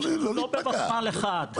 לא ב-ותמ"ל אחד,